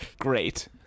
Great